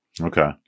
okay